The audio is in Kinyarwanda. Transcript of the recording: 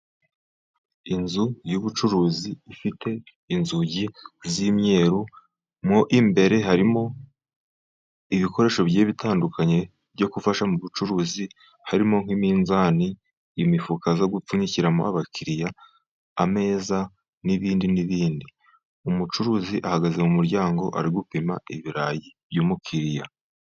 Inzu y'ubucuruzi ifite inzugi z'imyeru. Mo imbere harimo ibikoresho bigiye bitandukanye byo gufasha mu bucuruzi. Harimo nk'iminzani, imifuka yo gupfunyikiramo abakiriya, ameza n'ibindi n'ibindi. Umucuruzi ahagaze mu muryango ari gupima ibirayi by'umukiriya.